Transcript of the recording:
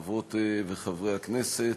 חברות וחברי הכנסת,